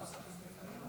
עוד כמה?